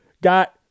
got